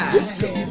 Disco